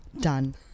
Done